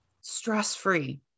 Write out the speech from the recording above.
stress-free